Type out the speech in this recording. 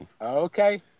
Okay